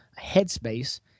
Headspace